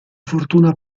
fortuna